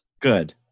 good